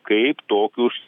kaip tokius